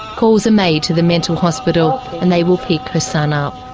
calls are made to the mental hospital and they will pick her son up.